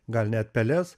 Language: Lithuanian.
gal net peles